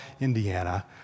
Indiana